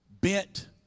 Bent